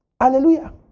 Hallelujah